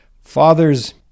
Fathers